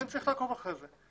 צריך לעקוב אחרי זה.